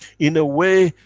in a way,